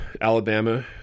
Alabama